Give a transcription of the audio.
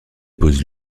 posent